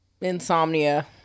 insomnia